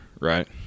right